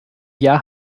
jahr